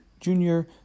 junior